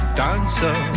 dancer